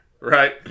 Right